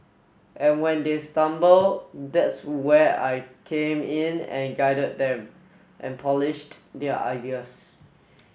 and when they stumble that's where I came in and guided them and polished their ideas